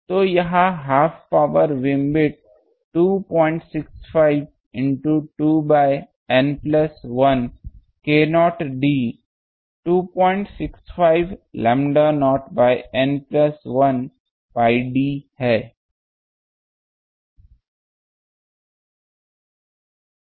तो half power beamwidth 265 into 2 by N plus 1 k0 d 265 lambda naught by N plus 1 pi d है